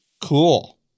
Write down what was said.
Cool